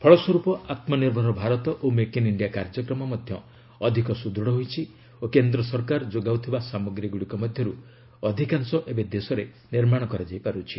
ଫଳସ୍ୱରୂପ ଆତ୍ମନିର୍ଭର ଭାରତ ଓ ମେକ୍ ଇନ୍ ଇଣ୍ଡିଆ କାର୍ଯ୍ୟକ୍ରମ ମଧ୍ୟ ଅଧିକ ସୁଦୂଢ଼ ହୋଇଛି ଓ କେନ୍ଦ୍ର ସରକାର ଯୋଗାଉଥିବା ସାମଗ୍ରୀଗୁଡ଼ିକ ମଧ୍ୟରୁ ଅଧିକାଂଶ ଏବେ ଦେଶରେ ନିର୍ମାଣ କରାଯାଇ ପାର୍ଚ୍ଛି